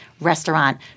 restaurant